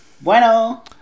Bueno